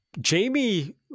jamie